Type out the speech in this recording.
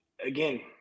Again